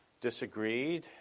disagreed